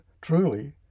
truly